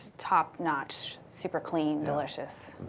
top notch, super clean, delicious.